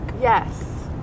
Yes